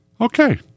Okay